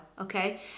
okay